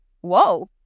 Whoa